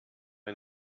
ein